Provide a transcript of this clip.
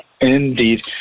Indeed